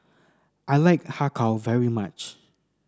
I like Har Kow very much